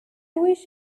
wish